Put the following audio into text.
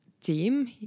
team